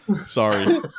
sorry